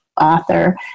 author